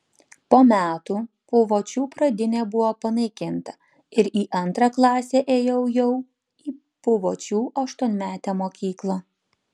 po metų puvočių pradinė buvo panaikinta ir į antrą klasę ėjau jau į puvočių aštuonmetę mokyklą